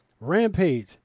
rampage